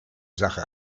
sache